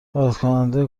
واردکننده